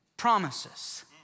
promises